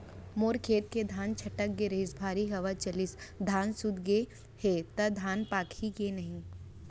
मोर खेत के धान छटक गे रहीस, भारी हवा चलिस, धान सूत गे हे, त धान पाकही के नहीं?